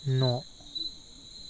न'